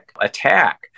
attack